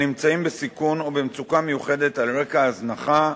הנמצאים בסיכון או במצוקה מיוחדת על רקע הזנחה,